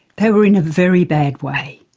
they were in a very bad way,